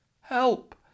Help